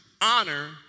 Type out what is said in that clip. honor